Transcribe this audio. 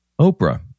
Oprah